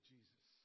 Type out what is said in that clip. Jesus